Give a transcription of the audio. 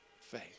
faith